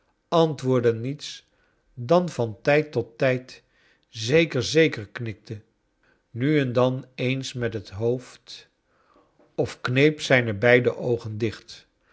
antwoordde niets dan van tijd tot tijd zeker zeker knikte nu en dan eens met het hoofd of kneep beide oogen dicht